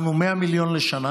שמנו 100 מיליון לשנה